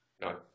No